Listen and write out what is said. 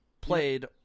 played